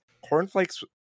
cornflakes